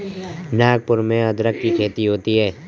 नागपुर में अदरक की खेती होती है